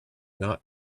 not